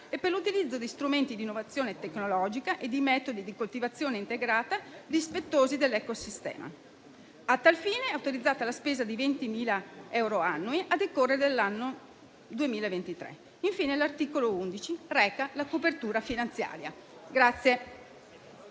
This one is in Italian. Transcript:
e per l'utilizzo di strumenti di innovazione tecnologica e di metodi di coltivazione integrata rispettosi dell'ecosistema. A tal fine, è autorizzata la spesa di 20.000 euro annui a decorrere dall'anno 2023. Infine, l'articolo 11 reca la copertura finanziaria.